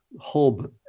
hub